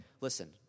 listen